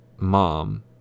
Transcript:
mom